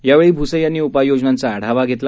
यावेळी भूसे यांनी उपाययोजनांचा आढावा घेतला